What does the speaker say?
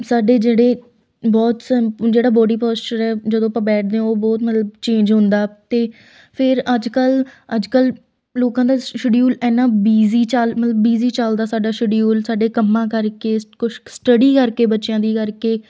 ਸਾਡੇ ਜਿਹੜੇ ਬਹੁਤ ਸਨ ਜਿਹੜਾ ਬੋਡੀ ਪੋਸਚਰ ਹੈ ਜਦੋਂ ਆਪਾਂ ਬੈਠਦੇ ਹਾਂ ਉਹ ਬਹੁਤ ਮਤਲਬ ਚੇਂਜ ਹੁੰਦਾ ਅਤੇ ਫਿਰ ਅੱਜ ਕੱਲ੍ਹ ਅੱਜ ਕੱਲ੍ਹ ਲੋਕਾਂ ਦਾ ਸ਼ ਸ਼ਡਿਊਲ ਐਨਾ ਬਿਜ਼ੀ ਚਲ ਮਤਲਬ ਬਿਜ਼ੀ ਚੱਲਦਾ ਸਾਡਾ ਸ਼ਡਿਊਲ ਸਾਡੇ ਕੰਮਾਂ ਕਰਕੇ ਕੁਛ ਸਟੱਡੀ ਕਰਕੇ ਬੱਚਿਆਂ ਦੀ ਕਰਕੇ